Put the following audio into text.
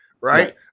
right